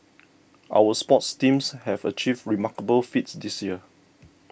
our sports teams have achieved remarkable feats this year